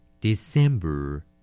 December